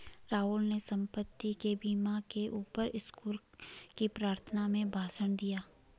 राहुल ने संपत्ति के बीमा के ऊपर स्कूल की प्रार्थना में भाषण दिया